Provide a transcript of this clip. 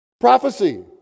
prophecy